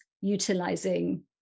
utilizing